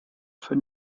for